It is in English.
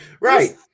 right